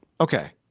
Okay